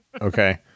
Okay